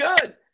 good